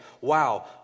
Wow